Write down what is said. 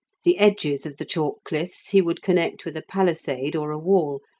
the edges of the chalk cliffs he would connect with a palisade or a wall,